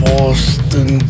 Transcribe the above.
Boston